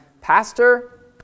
pastor